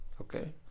okay